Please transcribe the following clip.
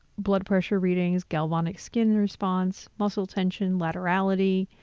blood pressure readings, galvanic skin response, muscle tension, laterality,